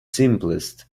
simplest